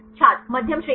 छात्र मध्यम श्रेणी